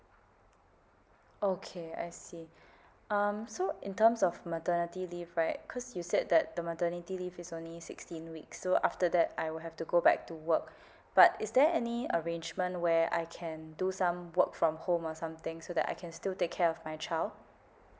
okay I see um so in terms of maternity leave right cause you said that the maternity leave is only sixteen weeks so after that I will have to go back to work but is there any arrangement where I can do some work from home or something so that I can still take care of my child